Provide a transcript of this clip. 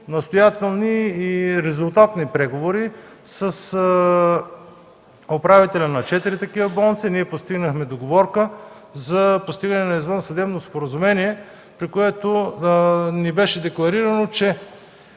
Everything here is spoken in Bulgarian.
настоятелни и резултатни преговори с управители на четири такива болници ние постигнахме договорка за извънсъдебно споразумение. Беше ни декларирано, че